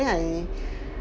I